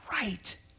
right